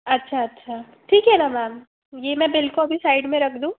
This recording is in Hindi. अच्छा अच्छा ठीक है ना मेम ये मैं बिल को अभी साइड में रख दूँ